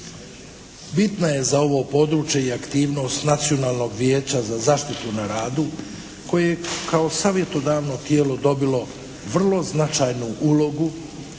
Bitno je za ovo područje i aktivnost Nacionalnog vijeća za zaštitu na radu koje je kao savjetodavno tijelo dobilo vrlo značajnu ulogu